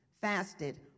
fasted